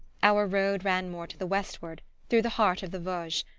our road ran more to the westward, through the heart of the vosges,